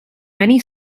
many